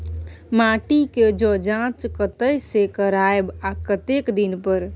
माटी के ज जॉंच कतय से करायब आ कतेक दिन पर?